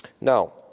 Now